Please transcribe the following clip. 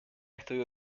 estudio